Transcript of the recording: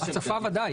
הצפה, ודאי.